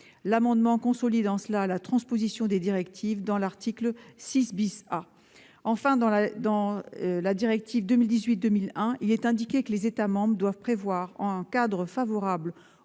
activités, consolidant ainsi la transposition des directives au travers de l'article 6 A. Enfin, dans la directive 2018/2001, il est indiqué que les États membres doivent prévoir un cadre favorable